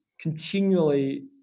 continually